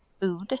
food